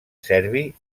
serbi